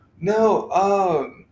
No